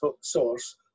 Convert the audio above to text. source